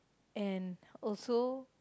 and also